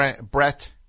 Brett